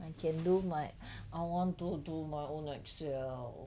I can do my I want to do my own Excel